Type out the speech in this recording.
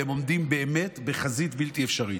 והם עומדים באמת בחזית בלתי אפשרית.